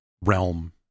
realm